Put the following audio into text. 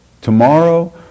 Tomorrow